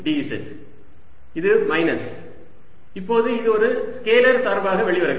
இது மைனஸ் இப்போது இது ஒரு ஸ்கேலர் சார்பாக வெளிவருகிறது